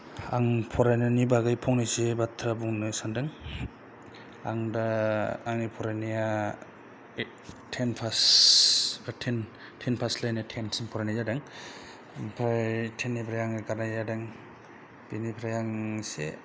आं फरायनायनि बागै फंनैसो बाथ्रा बुंनो सानदों आं दा आंनि फरायनाया टेन पास ओ टेन पास लायनो टेनसिम फरायनाय जादों ओमफाय टेननिफ्राय आङो ओंखारनाय जादों बेनिफ्राय आं इसे